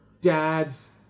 dad's